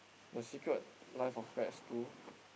The Secret Life of Pets Two